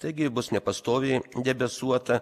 taigi bus nepastoviai debesuota